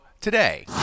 today